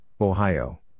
Ohio